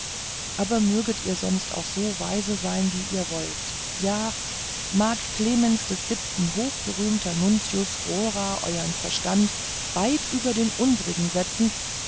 aber möget ihr sonst auch so weise sein wie ihr wollt ja mag clemens des siebenten hochberühmter nuntius rorar euern verstand weit über den unsrigen setzen